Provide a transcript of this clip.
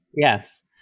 yes